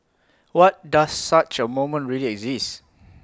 what does such A moment really exist